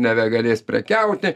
nebegalės prekiauti